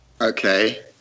Okay